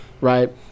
right